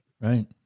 Right